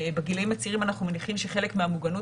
בגילים הצעירים אנחנו מניחים שחלק מהמוגנות